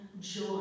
joy